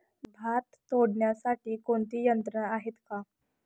भात तोडण्यासाठी कोणती यंत्रणा आहेत का?